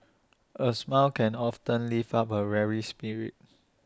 A smile can often lift up A weary spirit